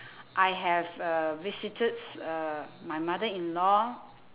I have uh visited uh my mother-in-law